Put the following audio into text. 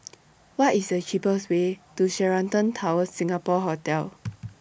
What IS The cheapest Way to Sheraton Towers Singapore Hotel